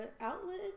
outlet